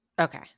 Okay